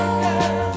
girl